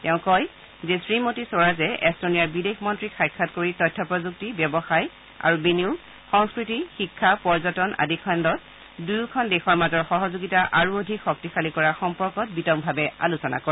তেওঁ কয় যে শ্ৰীমতী স্বৰাজে এষ্টনিয়াৰ বিদেশ মন্ত্ৰীক সাক্ষাৎ কৰি তথ্য প্ৰযুক্তি ব্যৱসায় আৰু বিনিযোগ সংস্কৃতি শিক্ষা পৰ্যটন আদি খণ্ডত দুয়োখন দেশৰ মাজৰ সহযোগিতা আৰু অধিক শক্তিশালী কৰাৰ সম্পৰ্কত বিতংভাৱে আলোচনা কৰে